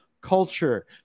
culture